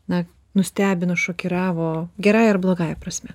na nustebino šokiravo gerąja ar blogąja prasme